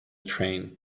train